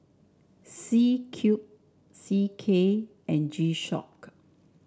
C Cube C K and G Shock